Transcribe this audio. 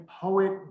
poet